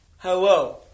Hello